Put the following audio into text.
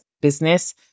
business